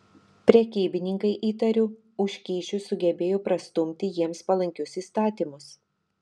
prekybininkai įtariu už kyšius sugebėjo prastumti jiems palankius įstatymus